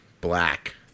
black